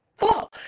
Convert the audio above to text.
Cool